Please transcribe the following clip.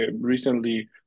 recently